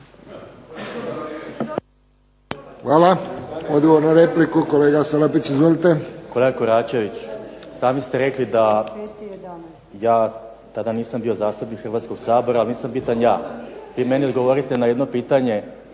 Hvala. Odgovor na repliku, kolega Salapić. Izvolite. **Salapić, Josip (HDZ)** Kolega Koračević, sami ste rekli ja tada nisam bio zastupnik Hrvatskog sabora ali nisam bitan ja. Vi meni odgovorite na jedno pitanje.